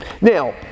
Now